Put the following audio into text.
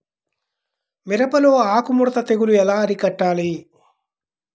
మిరపలో ఆకు ముడత తెగులు ఎలా అరికట్టాలి?